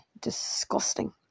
disgusting